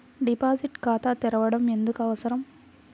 Deposit ఖాతా తెరవడం ఎందుకు అవసరం?